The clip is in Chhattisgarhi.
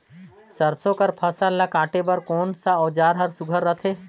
सरसो कर फसल ला काटे बर कोन कस औजार हर सुघ्घर रथे?